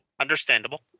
Understandable